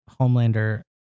Homelander